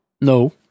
No